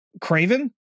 craven